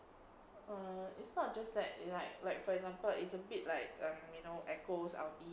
err it's not just that like like for example it's a bit like um you know echos ulti